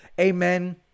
amen